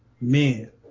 men